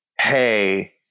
hey